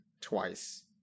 twice